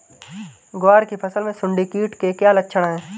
ग्वार की फसल में सुंडी कीट के क्या लक्षण है?